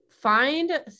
find